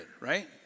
right